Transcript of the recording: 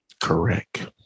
Correct